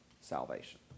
salvation